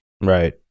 right